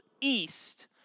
east